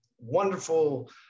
wonderful